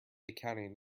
accounting